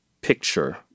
picture